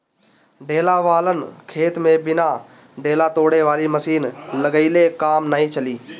ढेला वालन खेत में बिना ढेला तोड़े वाली मशीन लगइले काम नाइ चली